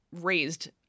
raised